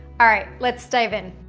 all right, let's dive in.